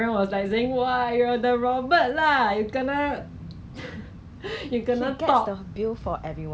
err but then 他 actually hor 那边有 instruction 写那个 reusable mask 只可以用 like 来 up to like